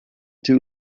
too